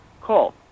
Call